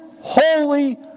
holy